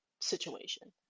situation